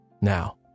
now